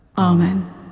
Amen